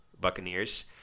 Buccaneers